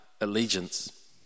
allegiance